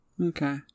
Okay